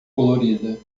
colorida